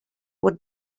would